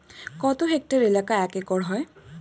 কত হেক্টর এলাকা এক একর হয়?